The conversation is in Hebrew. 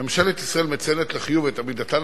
ממשלת ישראל מציינת לחיוב את עמידתם